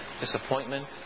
disappointment